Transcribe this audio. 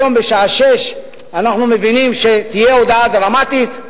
אנחנו מבינים שהיום בשעה 18:00 תהיה הודעה דרמטית.